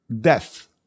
death